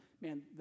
man